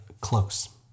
close